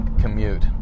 commute